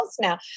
now